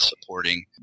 supporting